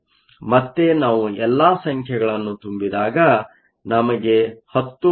ಮತ್ತೇ ನಾವು ಎಲ್ಲಾ ಸಂಖ್ಯೆಗಳನ್ನು ತುಂಬಿದಾಗ ನಮಗೆ 10